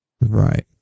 Right